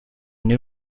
new